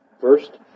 First